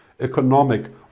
economic